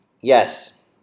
Yes